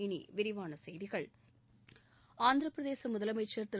இனி விரிவான செய்திகள் ஆந்திரப்பிரதேச முதலமைச்சர் திரு